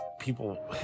people